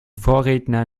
vorredner